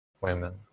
women